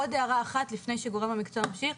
עוד הערה אחת לפני שגורם המקצוע ממשיך.